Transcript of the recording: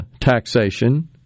taxation